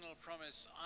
promise